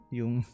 yung